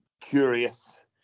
Curious